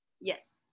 Yes